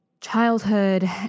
childhood